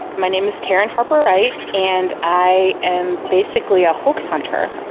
my name is taryn harper wright, and i am basically a hoax hunter.